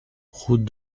route